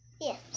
Yes